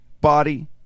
body